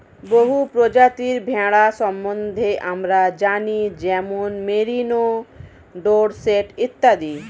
বহু প্রজাতির ভেড়া সম্বন্ধে আমরা জানি যেমন মেরিনো, ডোরসেট ইত্যাদি